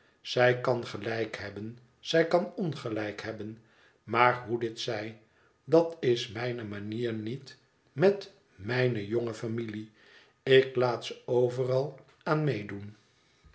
zij kan gelijk hebben zij kan ongelijk hebben maar hoe dit zij dat is mijne manier niet met mijne jonge familie ik laat ze overal aan meedoen